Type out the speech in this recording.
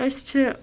أسۍ چھِ